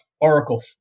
Oracle